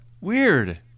Weird